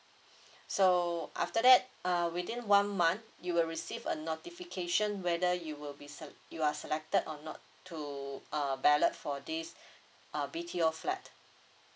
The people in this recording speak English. so after that uh within one month you will receive a notification whether you will be se~ you are selected or not to uh ballot for this uh B_T_O flat